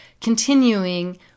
continuing